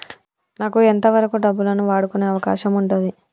నాకు ఎంత వరకు డబ్బులను వాడుకునే అవకాశం ఉంటది?